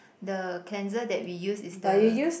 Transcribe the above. the cleanser that we use is the